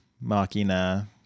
machina